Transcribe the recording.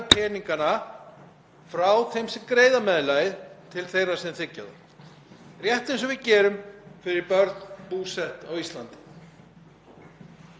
Það er einskær von mín að þegar þetta mál fer í nefnd